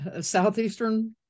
Southeastern